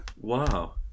wow